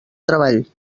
treball